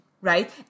right